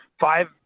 five